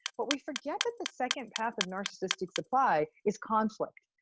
but we forget that the second path of narcissistic supply is conflict.